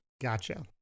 gotcha